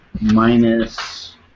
minus